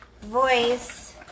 voice